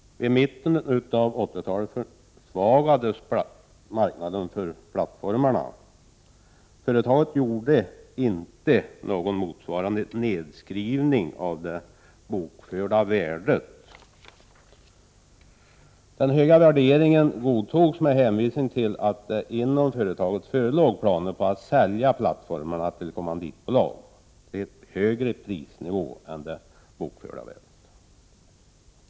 Vid mitten av Prot. 1988/89:46 1980-talet försvagades marknaden för plattformar. Företaget gjorde inte 15 december 1988 någon motsvarande nedskrivning av det bokförda värdet. Den höga värde Ackord till öj ringen godtogs med hänvisning till att det inom företaget förelåg planer på att TE EA sälja plattformarna till kommanditbolag till ett högre pris än det bokförda AB ju värdet.